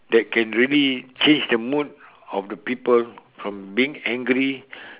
that can really change the mood of the people from being angry